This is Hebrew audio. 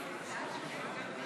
חבריי חברי הכנסת,